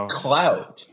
clout